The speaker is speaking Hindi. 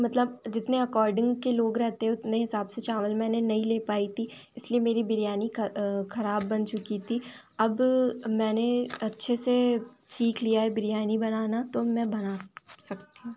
मतलब जितने अकॉर्डिंग के लोग रहते उतने हिसाब से चावल मैंने नहीं ले पाई थी इसलिए मेरी बिरयानी ख़राब बन चुकी थी अब मैंने अच्छे से सीख लिया है बिरयानी बनाना तो मैं बना सकती हूँ